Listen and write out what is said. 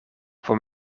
voor